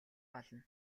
болно